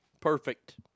Perfect